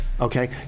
Okay